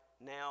now